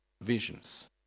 visions